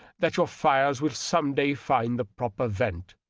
that your fires will some day find the proper vent.